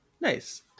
Nice